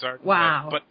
Wow